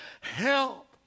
help